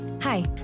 Hi